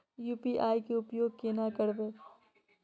UPI के उपयोग केना करबे?